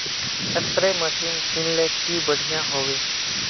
Spray machine किनले की बढ़िया होबवे?